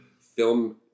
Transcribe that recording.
film